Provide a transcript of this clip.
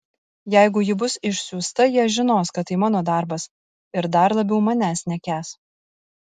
jeigu ji bus išsiųsta jie žinos kad tai mano darbas ir dar labiau manęs nekęs